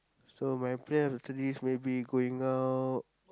so my plan after this maybe going out